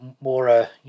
more